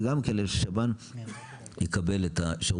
וגם כן אלה של שב"ן יקבל את השירות.